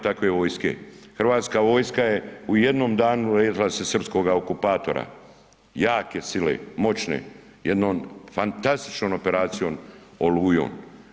Nema takve vojske, Hrvatska vojska je u jednom danu riješila se srpskoga okupatora, jake sile, moćne, jednom fantastičnom operacijom „Olujom“